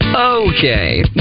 Okay